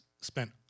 spent